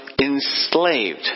enslaved